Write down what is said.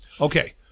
Okay